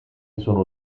sono